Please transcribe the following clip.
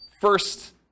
first